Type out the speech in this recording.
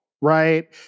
right